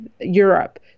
Europe